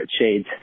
Shades